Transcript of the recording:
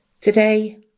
Today